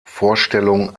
vorstellung